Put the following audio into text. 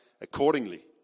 accordingly